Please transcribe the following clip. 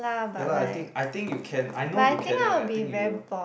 ya lah I think I think you can I know you can and I think you will